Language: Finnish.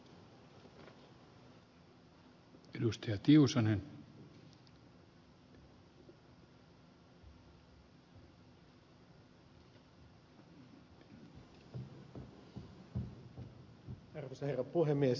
arvoisa herra puhemies